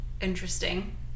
interesting